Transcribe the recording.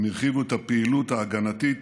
הם הרחיבו את הפעילות ההגנתית